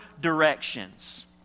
directions